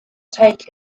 take